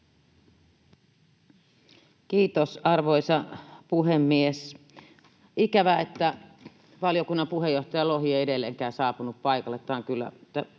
Kiitos, arvoisa puhemies! Ikävää, että valiokunnan puheenjohtaja Lohi ei edelleenkään saapunut paikalle